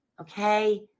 okay